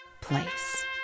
place